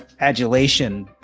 adulation